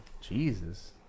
jesus